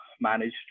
managed